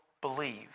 believe